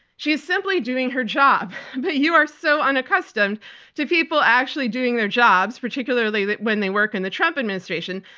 she is simply doing her job, but you are so unaccustomed to people actually doing their jobs, particularly when they work in the trump administration,